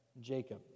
Jacob